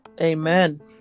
Amen